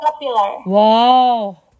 Wow